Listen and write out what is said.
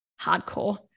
hardcore